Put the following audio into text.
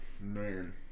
Man